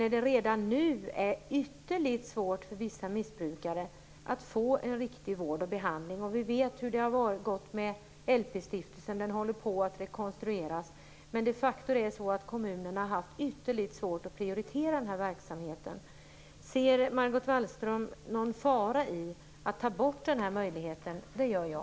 Redan nu är det ju ytterst svårt för vissa missbrukare att få riktig vård och behandling. Vi vet hur det har gått med LP-stiftelsen. Den håller på att rekonstrueras. Kommunerna har de facto haft ytterligt svårt att prioritera den här verksamheten. Ser Margot Wallström någon fara i att ta bort den här möjligheten? Det gör jag.